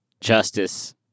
Justice